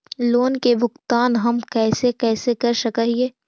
Loan के भुगतान हम कैसे कैसे कर सक हिय?